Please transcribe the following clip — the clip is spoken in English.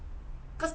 because